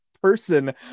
Person